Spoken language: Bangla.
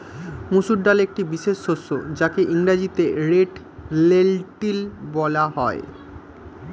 মুসুর ডাল একটি বিশেষ শস্য যাকে ইংরেজিতে রেড লেন্টিল বলা হয়